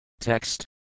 Text